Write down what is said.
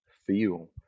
feel